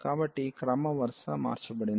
కాబట్టి క్రమ వరుస మార్చబడుతుంది